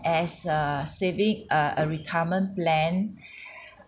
as err saving uh a retirement plan